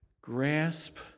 grasp